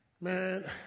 man